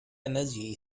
energy